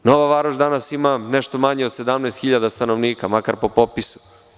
Nova Varoš danas ima nešto manje od 17 hiljada stanovnika, makar po popisu.